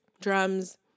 drums